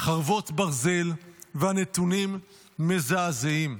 חרבות ברזל, והנתונים מזעזעים.